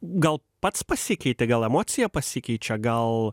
gal pats pasikeiti gal emocija pasikeičia gal